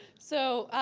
so,